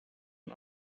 und